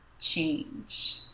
change